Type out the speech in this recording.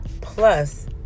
plus